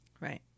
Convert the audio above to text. Right